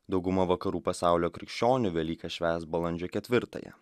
dauguma vakarų pasaulio krikščionių velykas švęs balandžio ketvirtąją